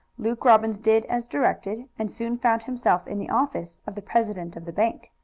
luke robbins did as directed, and soon found himself in the office of the president of the bank.